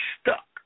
stuck